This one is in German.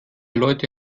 leute